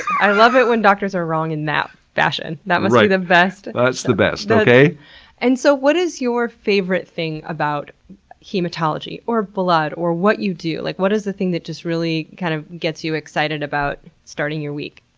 i love it when doctors are wrong in that fashion! that must be like the best! that's the best. and so what is your favorite thing about hematology, or blood, or what you do? like what is the thing that just really kind of gets you excited about starting your week?